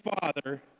Father